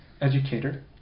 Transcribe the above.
educator